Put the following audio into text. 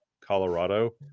Colorado